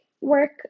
work